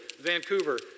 Vancouver